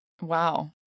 Wow